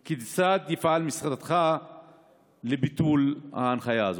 3. כיצד יפעל משרדך לביטול ההנחיה הזאת?